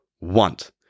want